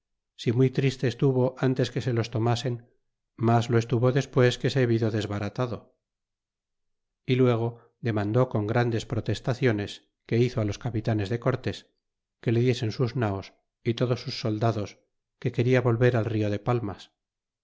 si muy triste estuvo ntes que se los tomasen mas lo estuvo despues que se vido desbaratado y luego demande con grandes protestaciones que hizo á los capitanes de cortés que le diesen sus naos y todos sus soldados que se quena volver al rio de palmas